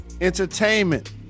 entertainment